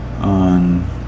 on